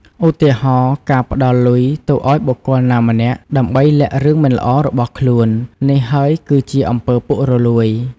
ឧទាហរណ៍ ការផ្តល់លុយទៅឱ្យបុគ្គលណាម្នាក់ ដើម្បីលាក់រឿងមិនល្អរបស់ខ្លួន នេះហើយគឺជាអំពើពុករលួយ។